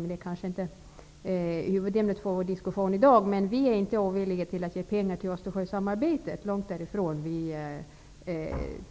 Men det är ju inte huvudämnet för vår diskussion i dag. Vi är inte ovilliga att ge pengar till Östersjösamarbetet, långt därifrån. Vi